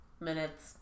minutes